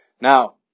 Now